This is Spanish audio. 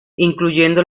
incluyendo